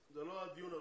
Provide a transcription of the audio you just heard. זה לא הדיון הראשון,